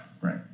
right